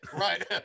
Right